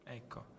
ecco